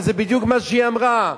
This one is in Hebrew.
וזה בדיוק מה שהיא אמרה,